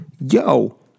Yo